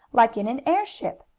like in an airship,